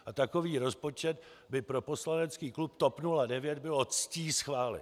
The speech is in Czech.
A takový rozpočet by pro poslanecký klub TOP 09 bylo ctí schválit.